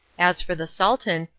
as for the sultan,